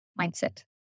mindset